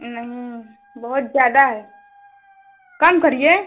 नहीं बहुत ज़्यादा है कम करिए